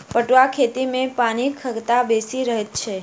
पटुआक खेती मे पानिक खगता बेसी रहैत छै